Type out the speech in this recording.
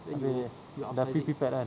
habis sudah pre~ prepared kan